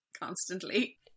constantly